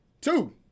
Two